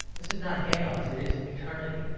this is not chaos it is eternity.